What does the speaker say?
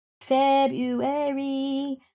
February